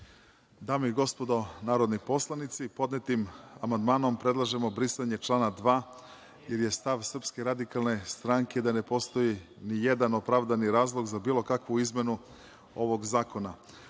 Dame i gospodo narodni poslanici, podnetim amandmanom predlažemo brisanje člana 2, jer je stav SRS da ne postoji nijedan opravdani razlog za bilo kakvu izmenu ovog zakona. Ako